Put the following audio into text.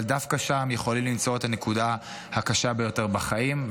אבל דווקא שם יכולים למצוא את הנקודה הקשה ביותר בחיים.